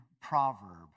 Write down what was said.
proverb